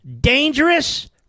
dangerous